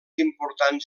importants